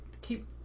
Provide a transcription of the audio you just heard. keep